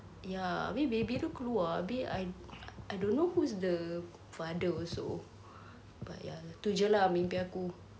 ya habis baby tu keluar babe I I don't know who is the father also but ya itu jer lah mimpi aku